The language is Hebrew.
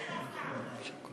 יעל, איפה השר?